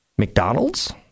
McDonald's